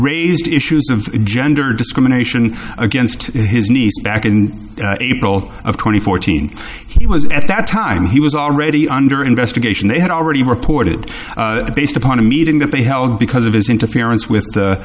raised issues of gender discrimination against his niece back in april of two thousand and fourteen he was at that time he was already under investigation they had already reported based upon a meeting that they held because of his interference with